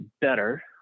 better